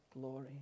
glory